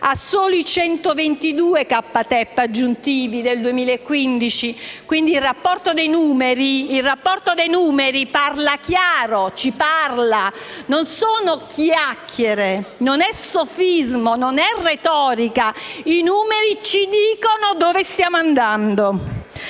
a soli 122 ktep aggiuntivi del 2015. Il rapporto dei numeri parla chiaro: non sono chiacchiere, non è sofismo e non è retorica. I numeri ci dicono dove stiamo andando.